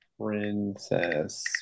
Princess